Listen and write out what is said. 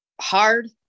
hard